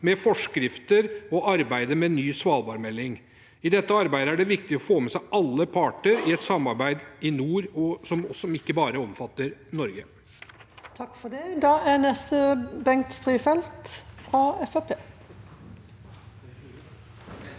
med forskrifter, og arbeidet med ny svalbardmelding. I dette arbeidet er det viktig å få med seg alle parter i et samarbeid i nord som ikke bare omfatter Norge.